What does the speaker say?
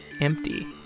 empty